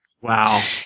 Wow